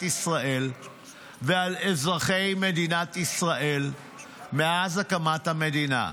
ישראל ועל אזרחי מדינת ישראל מאז הקמת המדינה: